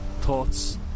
thoughts